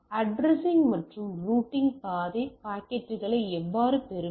addressing மற்றும் routing பாதை பாக்கெட்டுகளை எவ்வாறு பெறுவது